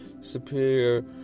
superior